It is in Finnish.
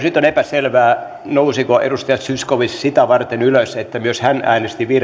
nyt on epäselvää nousiko edustaja zyskowicz ylös sitä varten että myös hän äänesti